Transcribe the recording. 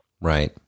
Right